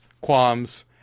qualms